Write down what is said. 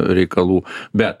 reikalų bet